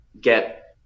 get